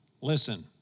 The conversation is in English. Listen